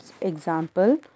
Example